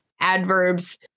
adverbs